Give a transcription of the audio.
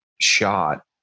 shot